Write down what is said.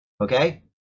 Okay